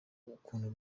ukuntu